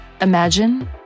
Imagine